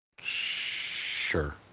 Sure